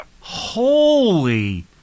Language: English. Holy